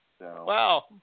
Wow